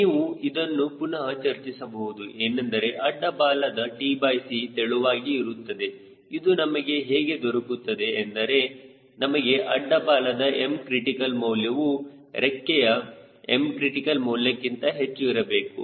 ನೀವು ಇದನ್ನು ಪುನಹ ಚರ್ಚಿಸಬಹುದು ಏನೆಂದರೆ ಅಡ್ಡ ಬಾಲದ tc ತೆಳುವಾಗಿ ಇರುತ್ತದೆ ಇದು ನಮಗೆ ಹೇಗೆ ದೊರಕುತ್ತದೆ ಎಂದರೆ ನಮಗೆ ಅಡ್ಡ ಬಾಲದ Mಕ್ರಿಟಿಕಲ್ ಮೌಲ್ಯವು ರೆಕ್ಕೆಯ Mಕ್ರಿಟಿಕಲ್ ಮೌಲ್ಯಕ್ಕಿಂತ ಹೆಚ್ಚು ಇರಬೇಕು